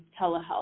telehealth